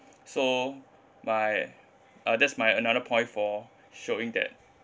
so my uh that's my another point for showing that